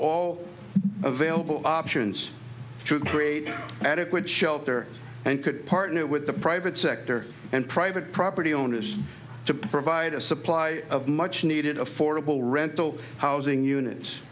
all available options to create adequate shelter and could partner with the private sector and private property owners to provide a supply of much needed affordable rental housing units